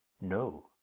No